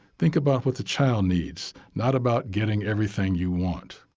think about what the child needs, not about getting everything you want.